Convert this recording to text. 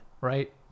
right